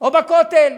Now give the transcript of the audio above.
או בכותל.